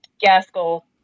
Gaskell